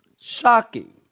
Shocking